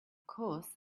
course